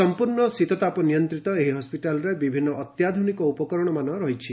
ସମ୍ପର୍ଶ୍ଣ ଶୀତତାପ ନିୟନ୍ତିତ ଏହି ହସ୍ୱିଟାଲରେ ବିଭିନ୍ନ ଅତ୍ୟାଧୁନିକ ଉପକରଣ ମଧ୍ୟ ରହିଛି